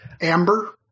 amber